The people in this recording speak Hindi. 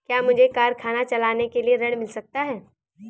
क्या मुझे कारखाना चलाने के लिए ऋण मिल सकता है?